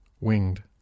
Winged